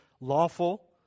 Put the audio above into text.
lawful